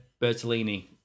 Bertolini